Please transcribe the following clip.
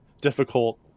difficult